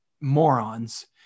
morons